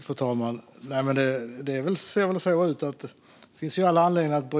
Fru talman! Det finns all anledning att